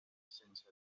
sense